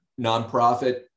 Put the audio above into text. nonprofit